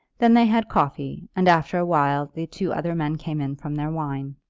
then they had coffee, and after awhile the two other men came in from their wine.